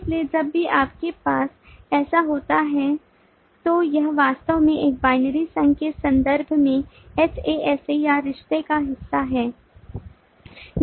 इसलिए जब भी आपके पास ऐसा होता है तो यह वास्तव में एक binary संघ के संदर्भ में HAS A या रिश्ते का हिस्सा है